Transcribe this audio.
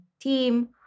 team